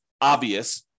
obvious